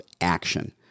action